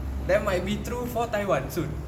that might be true for taiwan soon